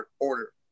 order